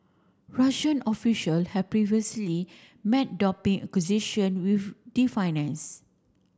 Russian official have previously met doping accusation with